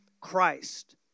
Christ